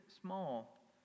small